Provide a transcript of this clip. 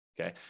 Okay